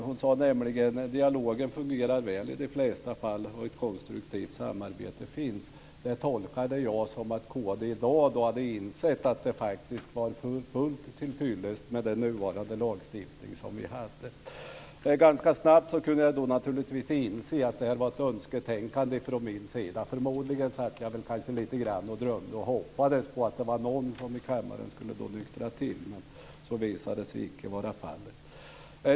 Hon sade nämligen: Dialogen fungerar väl i de flesta fall och ett konstruktivt samarbete finns. Det tolkade jag som att kd i dag hade insett att det faktiskt är helt tillfyllest med den nuvarande lagstiftningen. Ganska snabbt kunde jag naturligtvis inse att det här var ett önsketänkande från min sida. Förmodligen satt jag och lite grann drömde och hoppades på att det var någon i kammaren som skulle nyktra till, men så visade det sig icke vara fallet.